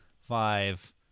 five